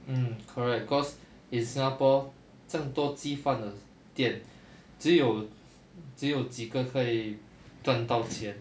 mm correct cause it's singapore 这样多鸡饭的店只有只有几个可以赚到钱